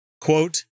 quote